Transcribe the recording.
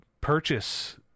purchase